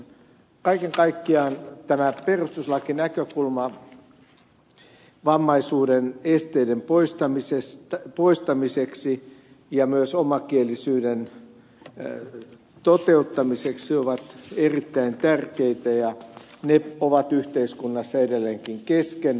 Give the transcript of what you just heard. kaiken kaikkiaan vammaisuuden aiheuttamien esteiden poistaminen ja myös omakielisyyden toteuttaminen ovat perustuslakinäkökulmasta erittäin tärkeitä ja ne ovat yhteiskunnassa edelleenkin kesken